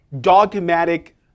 dogmatic